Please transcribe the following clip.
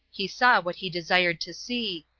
he saw what he desired to see,